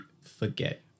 forget